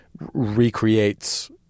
recreates